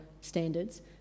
standards